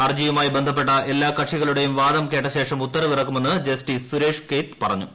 ഹർജിയുമായി ബന്ധപ്പെട്ട് എല്ലാ കക്ഷികളുടെയും വാദം കേട്ട ശേഷം ഉത്തരവിറക്കുമെന്ന് ജസ്റ്റിസ് സുരേഷ് കെയ്ത്ത് പറഞ്ഞു